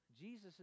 Jesus